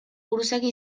buruzagi